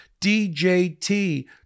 djt